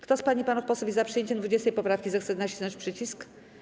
Kto z pań i panów posłów jest za przyjęciem 20. poprawki, zechce nacisnąć przycisk.